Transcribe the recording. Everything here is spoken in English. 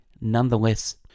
nonetheless